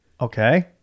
Okay